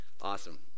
Awesome